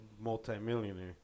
multi-millionaire